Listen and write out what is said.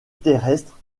terrestre